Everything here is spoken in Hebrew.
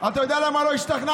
אתה יודע למה לא השתכנעתי?